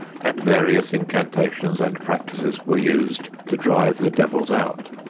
and various incantations and practices were used to drive the devils out.